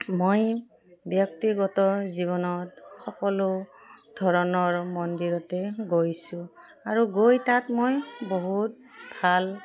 মই ব্যক্তিগত জীৱনত সকলো ধৰণৰ মন্দিৰতে গৈছোঁ আৰু গৈ তাত মই বহুত ভাল